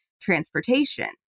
transportation